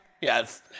Yes